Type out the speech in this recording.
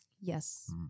Yes